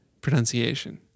pronunciation